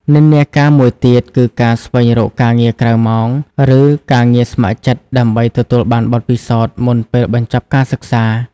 និន្នាការមួយទៀតគឺការស្វែងរកការងារក្រៅម៉ោង ឬការងារស្ម័គ្រចិត្ត ដើម្បីទទួលបានបទពិសោធន៍មុនពេលបញ្ចប់ការសិក្សា។